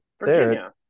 Virginia